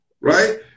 right